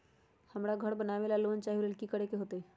हमरा घर बनाबे ला लोन चाहि ओ लेल की की करे के होतई?